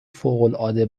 فوقالعاده